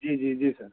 جی جی جی سر